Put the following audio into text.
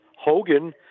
Hogan